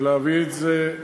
ולהביא את זה,